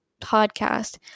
podcast